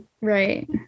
right